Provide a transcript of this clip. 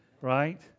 right